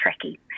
tricky